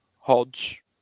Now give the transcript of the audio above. Hodge